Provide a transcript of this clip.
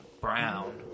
Brown